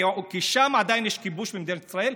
כי שם יש עדיין כיבוש של מדינת ישראל,